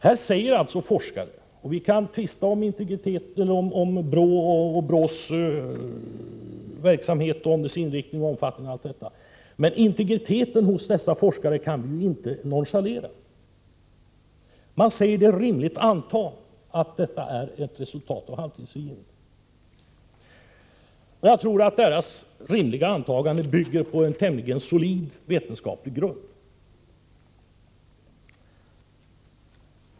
Här säger alltså forskare — vi kan tvista om BRÅ och BRÅ:s verksamhet och inriktning, men integriteten hos dessa forskare kan vi inte nonchalera — att det är rimligt att anta att detta är ett resultat av halvtidsfrigivningen. Jag tror att deras antagande bygger på en tämligen solid vetenskaplig grund.